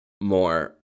more